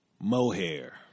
Mohair